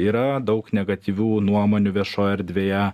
yra daug negatyvių nuomonių viešoje erdvėje